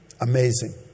amazing